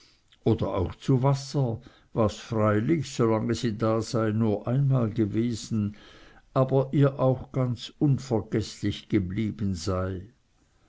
oder auch zu wasser was freilich solange sie da sei nur einmal gewesen aber ihr auch ganz unvergeßlich geblieben sei